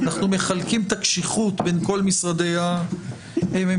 אנחנו מחלקים את הקשיחות בין כל משרדי הממשלה,